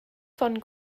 von